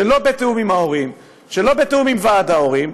שלא בתיאום עם ההורים, שלא בתיאום עם ועד ההורים,